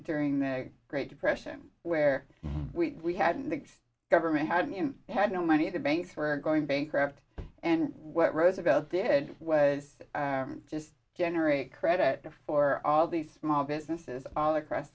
during the great depression where we had the government had had no money the banks were going bankrupt and what roosevelt did was just generate credit for all these small businesses all across